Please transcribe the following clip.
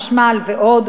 חשמל ועוד,